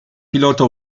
pilota